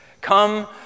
Come